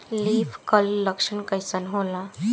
Leaf curl लक्षण कइसन होला?